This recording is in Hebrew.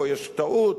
פה יש טעות.